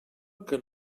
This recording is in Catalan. que